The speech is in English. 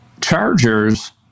Chargers